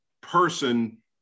person